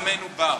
"מלאו אסמינו בר".